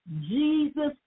Jesus